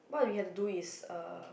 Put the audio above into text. what you have to do is er